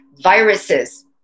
viruses